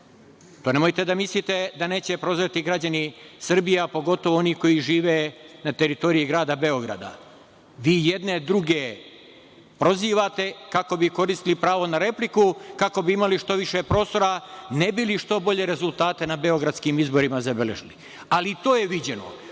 nemojte da mislite da je neće prozreti građani Srbije, a pogotovo oni koji žive na teritoriji grada Beograda. Vi jedni druge prozivate kako bi koristili pravo na repliku, kako bi imali što više prostora, ne bi li što bolje rezultate na beogradskim izborima zabeležili. Ali, i to je viđeno. Ono